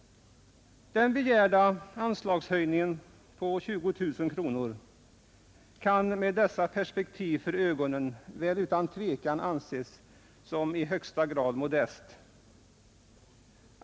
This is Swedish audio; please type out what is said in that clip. Den begärda anslagshöjningen på 20 000 kronor kan i detta perspektiv utan tvekan anses som i högsta grad modest.